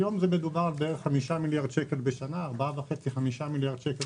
היום מדובר בערך על 4.5 5 מיליארד שקל